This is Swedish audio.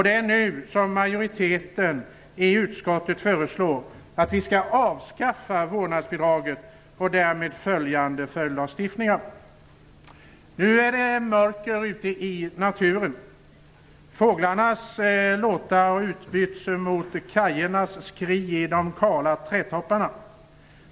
Det är nu majoriteten i utskottet föreslår att vi skall avskaffa vårdnadsbidraget och därmed följande följdlagstiftningar. Nu är det mörker ute i naturen. Fåglarnas sång har utbytts mot kajornas skrin i de kala trätopparna.